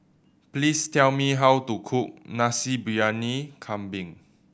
please tell me how to cook Nasi Briyani Kambing